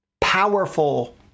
powerful